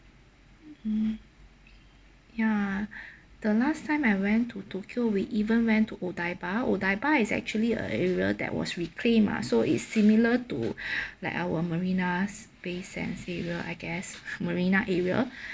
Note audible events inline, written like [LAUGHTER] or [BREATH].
mm ya the last time I went to tokyo we even went to odaiba odaiba is actually a area that was reclaimed ah so is similar to [BREATH] like our marina bay sands area I guess marina area [BREATH]